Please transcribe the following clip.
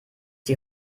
die